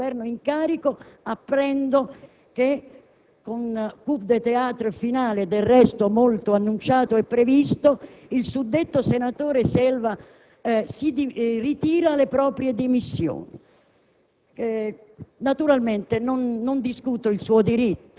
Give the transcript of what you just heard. un attacco continuato ad una Ministra del Governo in carica, apprendo, con un *coup de théâtre* finale (del resto molto annunciato e previsto), che il suddetto senatore ritira le proprie dimissioni.